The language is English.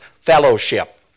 fellowship